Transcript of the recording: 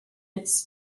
its